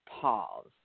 pause